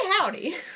howdy